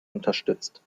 unterstützt